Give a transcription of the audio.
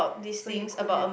so you could have